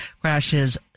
crashes